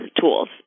tools